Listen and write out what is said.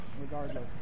Regardless